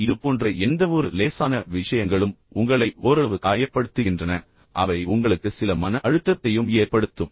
இப்போது இது போன்ற எந்தவொரு லேசான விஷயங்களும் உங்களை ஓரளவு காயப்படுத்துகின்றன அவை உங்களுக்கு சில மன அழுத்தத்தையும் ஏற்படுத்தும்